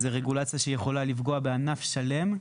זוהי רגולציה שיכולה לפגוע בענף שלם.